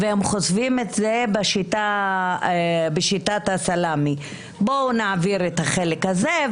הם חושפים את זה בשיטת הסלאמי בואו נעביר את החלק הזה,